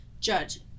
Judge